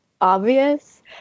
obvious